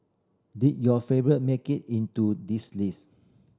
did your favourite make it into this list